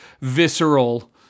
visceral